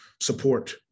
support